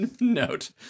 note